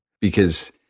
because-